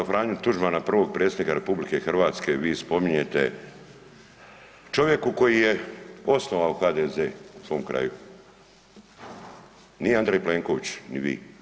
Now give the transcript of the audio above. Dr. Franju Tuđmana prvog predsjednika RH vi spominjete, čovjeku koji je osnovao HDZ u svom kraju, nije Andrej Plenković, ni vi.